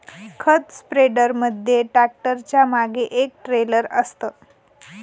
खत स्प्रेडर मध्ये ट्रॅक्टरच्या मागे एक ट्रेलर असतं